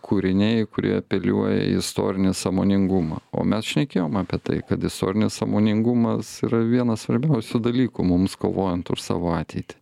kūriniai kurie apeliuoja į istorinį sąmoningumą o mes šnekėjom apie tai kad istorinis sąmoningumas yra vienas svarbiausių dalykų mums kovojant už savo ateitį